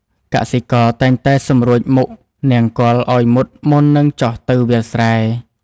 កសិករតែងតែសម្រួចមុខនង្គ័លឱ្យមុតមុននឹងចុះទៅវាលស្រែ។